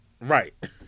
right